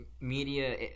media